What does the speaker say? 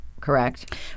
correct